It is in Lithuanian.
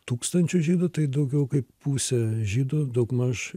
tūkstančius žydų tai daugiau kaip pusė žydų daugmaž